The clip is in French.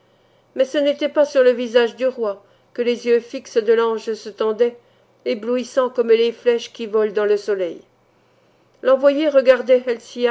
mais ce n'était pas sur le visage du roi que les yeux fixes de l'ange se tendaient éblouissants comme les flèches qui volent dans le soleil l'envoyé regardait